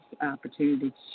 opportunity